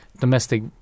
domestic